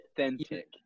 authentic